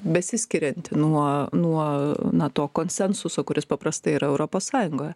besiskirianti nuo nuo na to konsensuso kuris paprastai yra europos sąjungoje